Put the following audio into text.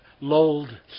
lulled